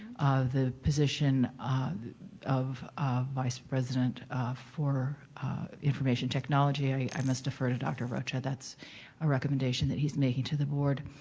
the position of vice president for information technology, i must defer to dr. rocha, that's a recommendation that he's making to the board,